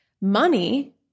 money